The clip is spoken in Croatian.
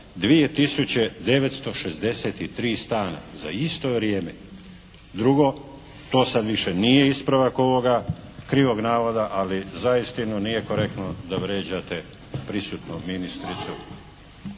963 stana, za isto vrijeme. Drugo, to sad više nije ispravak ovoga krivog navoda. Ali zaistinu nije korektno da vređate prisutnu ministricu.